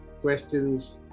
questions